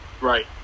Right